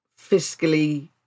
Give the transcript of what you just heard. fiscally